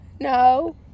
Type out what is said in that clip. No